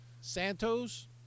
Santos